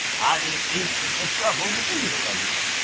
ah ain't aiming fo' trouble with either of yo'.